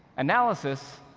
analysis,